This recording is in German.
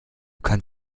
kannst